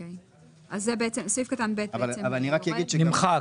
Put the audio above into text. אם כן, סעיף קטן (ב) נמחק.